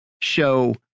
show